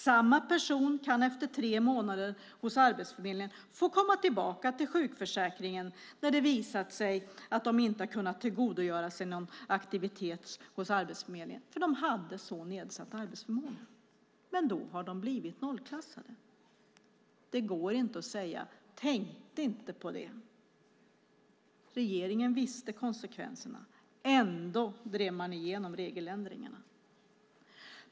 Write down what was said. Samma personer kan efter tre månader hos Arbetsförmedlingen få komma tillbaka till sjukförsäkringen när det har visat sig att de inte har kunnat tillgodogöra sig någon aktivitet hos Arbetsförmedlingen eftersom de har så pass nedsatt arbetsförmåga. Men då har de blivit nollklassade. Det går inte att säga: Tänkte inte på det! Regeringen kände till konsekvenserna. Ändå drev man igenom regeländringarna.